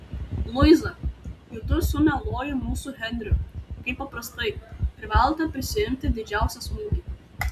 luiza judu su mieluoju mūsų henriu kaip paprastai privalote prisiimti didžiausią smūgį